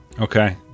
Okay